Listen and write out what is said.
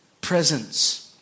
presence